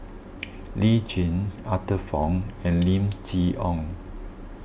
Lee Tjin Arthur Fong and Lim Chee Onn